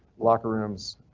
locker rooms,